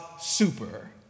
super